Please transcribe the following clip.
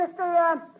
Mr